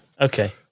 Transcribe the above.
Okay